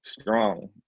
strong